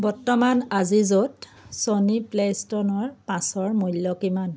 বৰ্তমান আজিজ'ত ছনী প্লে' ষ্টেচনৰ পাঁচৰ মূল্য কিমান